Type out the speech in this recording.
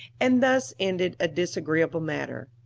and thus ended a disagreeable matter.